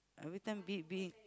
every time beat beat